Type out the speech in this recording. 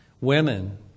Women